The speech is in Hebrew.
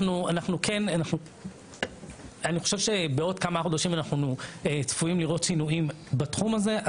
אני חושב שבעוד כמה חודשים אנחנו צפויים לראות שינויים בתחום הזה,